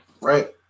Right